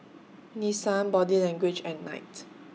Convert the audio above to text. Nissan Body Language and Knight